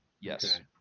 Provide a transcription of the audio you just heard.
Yes